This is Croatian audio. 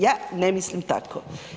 Ja ne mislim tako.